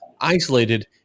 isolated